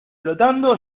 flotando